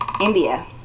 India